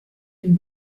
den